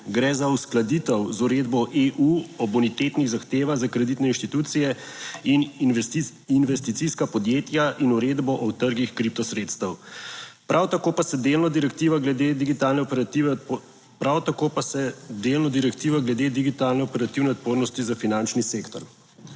Gre za uskladitev z uredbo EU o bonitetnih zahtevah za kreditne institucije in investicijska podjetja in uredbo o trgih kripto sredstev. Prav tako pa se delno direktiva glede digitalne operative, prav tako pa se